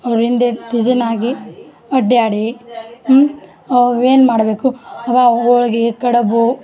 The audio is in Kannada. ಅವ್ರಿಂದೇ ಡಿಸೈನ್ ಆಗಿ ಅಡ್ಯಾಡಿ ಅವು ಏನ್ಮಾಡಬೇಕು ಅವ ಹೋಳ್ಗಿ ಕಡುಬು